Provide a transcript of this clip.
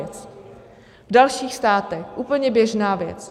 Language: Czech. V dalších státech úplně běžná věc.